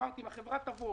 אמרתי: אם החברה תבוא